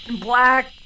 black